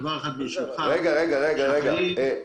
הדרישות